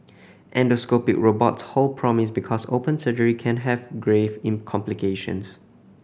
endoscopic robots hold promise because open surgery can have grave in complications